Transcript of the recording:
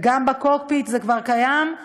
בקוקפיט זה כבר קיים,